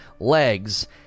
Legs